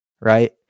right